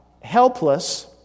helpless